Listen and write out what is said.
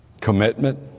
commitment